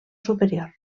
superior